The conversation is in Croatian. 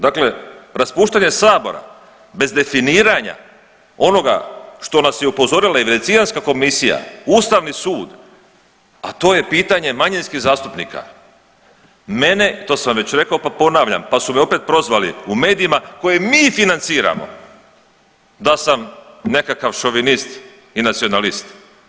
Dakle, raspuštanje sabora bez definiranja onoga što nas je upozorila i Venecijanska komisija, Ustavni sud, a to je pitanje manjinskih zastupnika, mene, to sam već rekao pa ponavljam pa su me opet prozvali u medijima koje mi financiramo da sam nekakav šovinist i nacionalist.